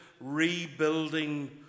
rebuilding